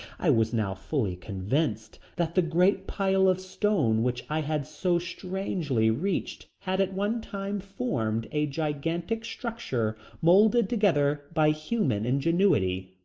i was now fully convinced that the great pile of stone which i had so strangely reached had at one time formed a gigantic structure moulded together by human ingenuity.